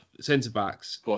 centre-backs